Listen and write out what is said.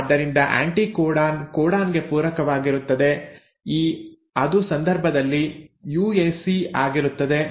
ಆದ್ದರಿಂದ anticodon codon ಗೆ ಪೂರಕವಾಗಿರುತ್ತದೆ ಈ ಅದು ಸಂದರ್ಭದಲ್ಲಿ ಯುಎಸಿ ಆಗಿರುತ್ತದೆ